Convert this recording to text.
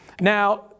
Now